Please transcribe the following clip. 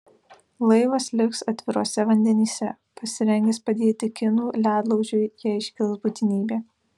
laivas liks atviruose vandenyse pasirengęs padėti kinų ledlaužiui jei iškils būtinybė